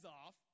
off